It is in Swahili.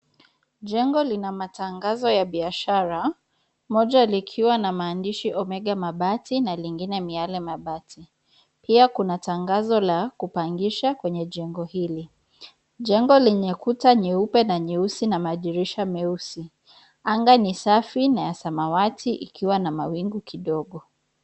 Jengo linamatangazo la biashara moja likiwa na maandishi omega mabati na lingine miale mabati, pia kunatangazo lakupangisha kwenye jengo hili. Jengo lenye kuta nyeupe na nyeusi na madirisha meusi. Anga ni safi na ya samawati ikiwa na mawingu kifogo.